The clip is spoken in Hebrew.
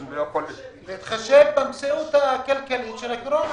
הוא לא יכול --- להתחשב במציאות הכלכלית של הקורונה.